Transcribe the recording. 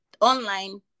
online